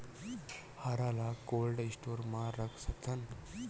हरा ल cold store म रख सकथन?